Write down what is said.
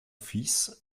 fils